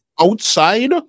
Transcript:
outside